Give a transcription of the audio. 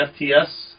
FTS